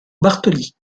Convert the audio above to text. bartoli